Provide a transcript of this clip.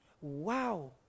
Wow